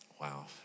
Wow